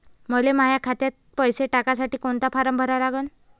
मले माह्या खात्यात पैसे टाकासाठी कोंता फारम भरा लागन?